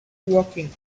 woking